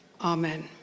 Amen